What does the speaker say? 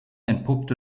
entpuppt